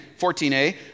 14a